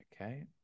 Okay